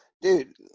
dude